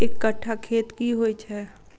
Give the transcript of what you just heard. एक कट्ठा खेत की होइ छै?